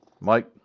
Mike